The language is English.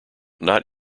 not